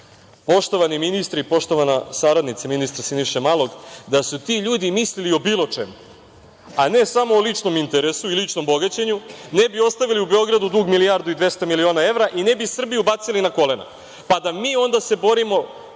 evra. Poštovani ministre i poštovana saradnice ministra Siniše Malog, da su ti ljudi mislili o bilo čemu, a ne samo o ličnom interesu i ličnom bogaćenju, ne bi ostavili u Beogradu dug od milijardu i 200 miliona evra i ne bi Srbiju bacili na kolena pa da se mi onda borimo